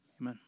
Amen